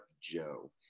Joe